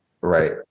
right